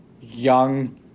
young